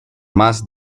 más